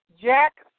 Jack